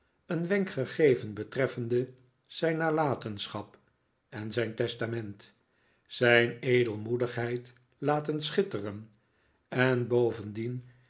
een wenk gegeven betreffende zijn nalatenschap en zijn testament zijn edelmoedigheid laten schitteren en bovendien